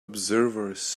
observers